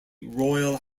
royal